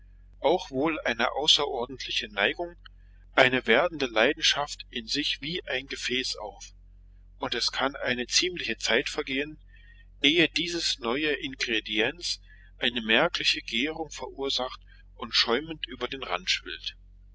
auch wohl eine außerordentliche neigung eine werdende leidenschaft in sich wie ein gefäß auf und es kann eine ziemliche zeit vergehen ehe dieses neue ingrediens eine merkliche gärung verursacht und schäumend über den rand